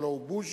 הלוא הוא בוז'י,